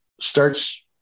starts